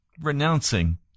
renouncing